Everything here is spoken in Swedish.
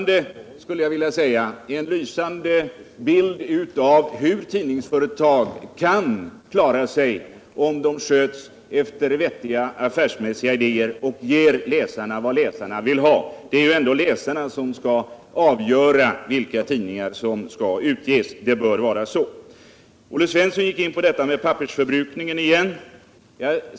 Det är en lysande bild av hur tidningsföretag kan klara sig om de sköts enligt vettiga, affärsmässiga idéer och ger läsarna vad läsarna vill ha. Det är ju ändå läsarna som bör avgöra vilka tidningar som skall utges. Olle Svensson gick in på detta med pappersförbrukningen igen.